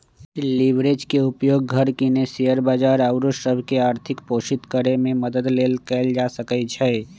leverage के उपयोग घर किने, शेयर बजार आउरो सभ के आर्थिक पोषित करेमे मदद लेल कएल जा सकइ छै